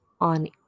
on